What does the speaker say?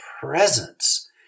presence